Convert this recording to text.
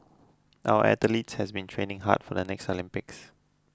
our athletes have been training hard for the next Olympics